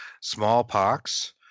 Smallpox